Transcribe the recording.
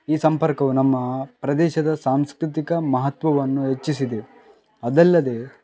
ಈ ಸಂಪರ್ಕವು ನಮ್ಮ ಪ್ರದೇಶದ ಸಾಂಸ್ಕೃತಿಕ ಮಹತ್ವವನ್ನು ಹೆಚ್ಚಿಸಿದೆ ಅದಲ್ಲದೆ